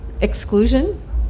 exclusion